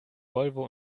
volvo